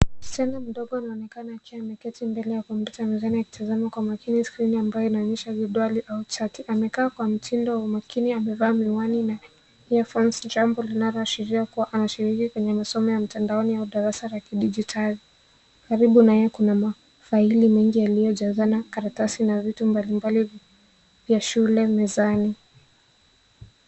Msichana mdogo anaonekana akiwa ameketi mbele ya kompyuta akitazama kwa makini skrini inayoonyesha jedwali au chati. Amekaa kwa mtindo wa makini. Amevaa miwani na earphones , jambo linaloashiria anashiriki kwenye masomo ya mtandaoni au darasa la kidijitali. Karibu naye kuna mafaili mengi yaliyojazana, makaratasi na vitu mbalimbali ya shule mezani.